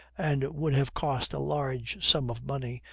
and would have cost a large sum of money,